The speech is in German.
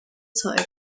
zeit